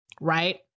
right